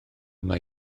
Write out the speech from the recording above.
mae